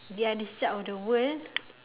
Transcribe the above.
the other side of the world